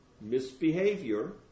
misbehavior